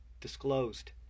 disclosed